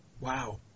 Wow